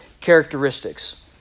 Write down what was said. characteristics